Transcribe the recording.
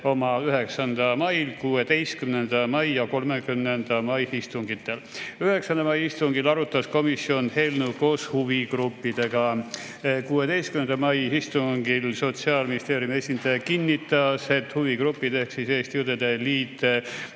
9. mai, 16. mai ja 30. mai istungil. 9. mai istungil arutas komisjon eelnõu koos huvigruppidega. 16. mai istungil Sotsiaalministeeriumi esindaja kinnitas, et huvigrupi ehk Eesti Õdede Liidu